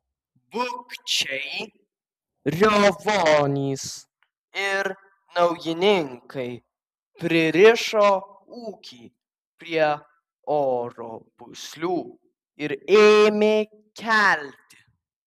bukčiai riovonys ir naujininkai pririšo ūkį prie oro pūslių ir ėmė kelti